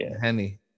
Henny